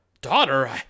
daughter